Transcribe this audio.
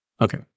Okay